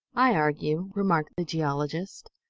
i argue, remarked the geologist,